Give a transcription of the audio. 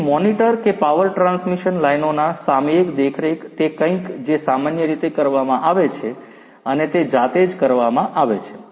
તેથી મોનિટર કે power transmission લાઇનોના સામયિક દેખરેખ તે કંઈક જે સામાન્ય રીતે કરવામાં આવે છે અને તે જાતે જ કરવામાં આવે છે